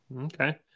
okay